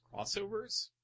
crossovers